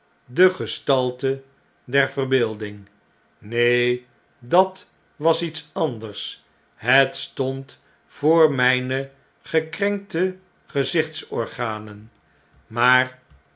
de gestalte de verbeelding sreen dat was iets anders het stond voor mijne gekrenkte gezichtsorganen maar